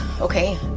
okay